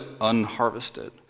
unharvested